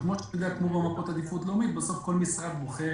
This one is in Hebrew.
כמו במפות עדיפות לאומית כל משרד בוחר